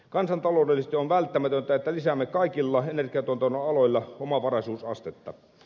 kansantaloudellisesti on välttämätöntä että lisäämme kaikilla energiantuotannon aloilla omavaraisuusastetta